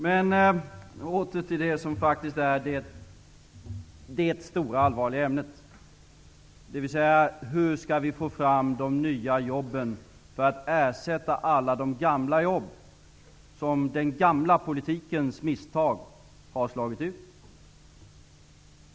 Men åter till det som faktiskt är det stora och allvarliga ämnet, dvs. hur vi skall få fram de nya jobben för att ersätta alla de gamla jobb som den gamla politikens misstag har slagit ut.